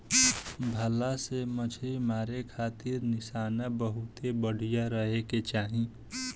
भला से मछली मारे खातिर निशाना बहुते बढ़िया रहे के चाही